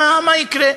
מה יקרה?